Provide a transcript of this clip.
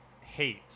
hate